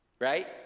right